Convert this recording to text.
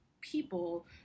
people